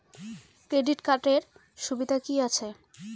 Credit কার্ডের সুবিধা কি আছে?